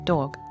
Dog